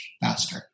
faster